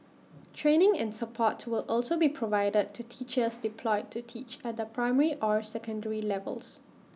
training and support will also be provided to teachers deployed to teach at the primary or secondary levels